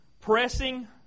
pressing